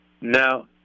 Now